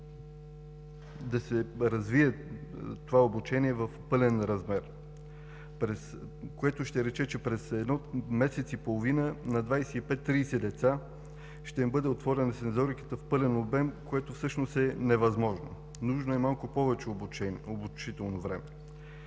да се развие в пълен размер. Това ще рече, че през месец и половина на 25 – 30 деца ще им бъде отворена сензориката в пълен обем, а това всъщност е невъзможно. Нужно е малко повече обучително време.